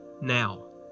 now